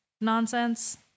nonsense